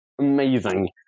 amazing